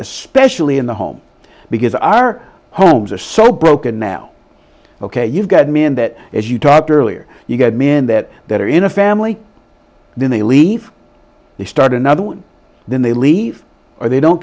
especially in the home because our homes are so broken now ok you've got a man that as you talked earlier you've got men that that are in a family then they leave they start another one then they leave or they don't